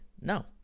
no